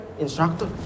instructor